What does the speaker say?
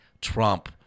Trump